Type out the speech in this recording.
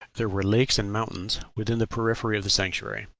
there were lakes and mountains within the periphery of the sanctuary.